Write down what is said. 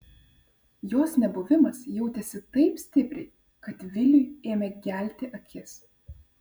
jos nebuvimas jautėsi taip stipriai kad viliui ėmė gelti akis